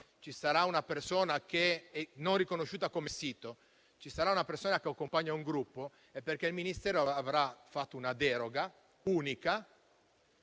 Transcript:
villa di campagna, non riconosciuta come sito, troveremo una persona che accompagna un gruppo, è perché il Ministero avrà fatto una deroga unica